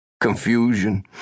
Confusion